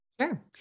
Sure